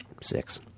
six